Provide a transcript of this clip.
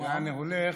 או לא חשוב,